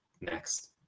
next